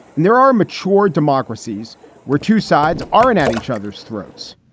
and there are mature democracies where two sides are in at each other's throats.